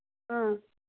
ꯑ